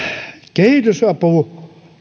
kehitysapu